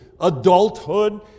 adulthood